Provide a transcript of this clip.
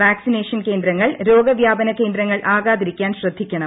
vaccination കേന്ദ്രങ്ങൾ രോഗവ്യാപന കേന്ദ്രങ്ങളാകാതിരിക്കാൻ ശ്ർദ്ധിക്കണം